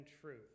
truth